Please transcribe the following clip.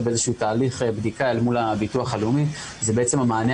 באיזה שהוא תהליך בדיקה מול הביטוח הלאומי זה המענה